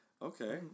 Okay